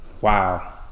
wow